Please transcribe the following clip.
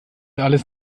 alles